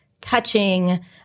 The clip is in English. touching